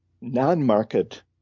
non-market